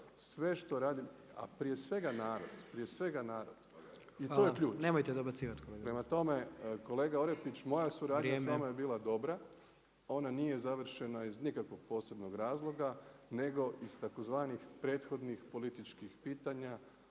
svega narod, prije svega narod i to je ključ. Prema tome, kolega Orepić moja suradnja sa vama je bila dobra. Ona nije završena iz nikakvog posebnog razloga nego iz tzv. prethodnih političkih pitanja